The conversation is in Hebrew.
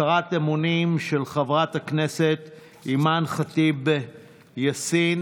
הצהרת אמונים של חברת הכנסת אימאן ח'טיב יאסין.